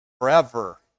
forever